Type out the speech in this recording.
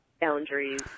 Boundaries